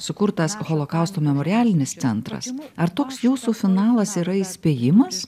sukurtas holokausto memorialinis centras ar toks jūsų finalas yra įspėjimas